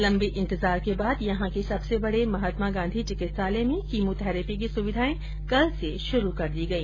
लम्बे इन्तजार के बाद यहां के सबसे बड़े महात्मा गॉधी चिकित्सालय में कीमोथेरेपी की सुविधाएँ कल से शुरू कर दी गई